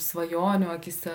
svajonių akyse